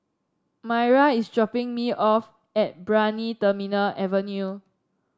Maira is dropping me off at Brani Terminal Avenue